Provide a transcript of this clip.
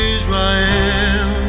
Israel